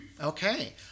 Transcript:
okay